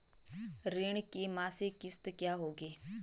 ऋण की मासिक किश्त क्या होगी?